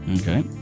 Okay